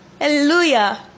hallelujah